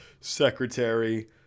secretary